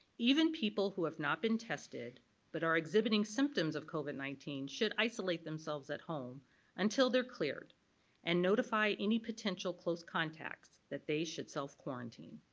even people who have not been tested but are exhibiting symptoms of covid nineteen should isolate themselves at home until they're cleared and notify any potential close contacts that they should self quarantine.